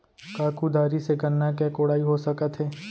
का कुदारी से गन्ना के कोड़ाई हो सकत हे?